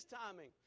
timing